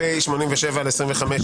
פ/87/25.